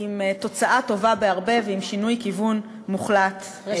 תוצאה טובה בהרבה ועם שינוי כיוון מוחלט של המדיניות.